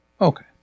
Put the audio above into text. okay